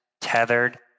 tethered